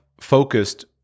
focused